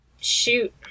shoot